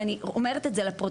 ואני אומרת את זה לפרוטוקול,